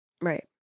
Right